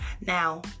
Now